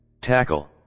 tackle